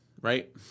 right